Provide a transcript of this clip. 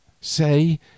Say